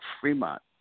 Fremont